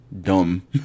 dumb